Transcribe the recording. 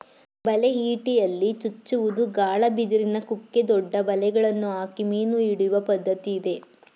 ಬಲೆ, ಇಟಿಯಲ್ಲಿ ಚುಚ್ಚುವುದು, ಗಾಳ, ಬಿದಿರಿನ ಕುಕ್ಕೆ, ದೊಡ್ಡ ಬಲೆಗಳನ್ನು ಹಾಕಿ ಮೀನು ಹಿಡಿಯುವ ಪದ್ಧತಿ ಇದೆ